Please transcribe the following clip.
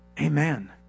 amen